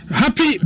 happy